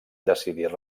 decidir